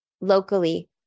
locally